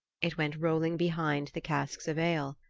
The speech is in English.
it went rolling behind the casks of ale.